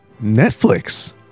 Netflix